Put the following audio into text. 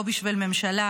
לא בשביל ממשלה,